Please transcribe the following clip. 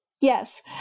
yes